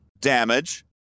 damage